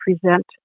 present